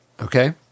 Okay